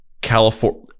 california